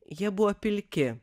jie buvo pilki